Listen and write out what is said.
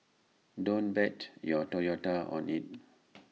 don't bet your Toyota on IT